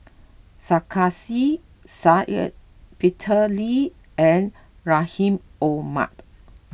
Sarkasi Said Peter Lee and Rahim Omar